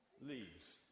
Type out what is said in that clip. leaves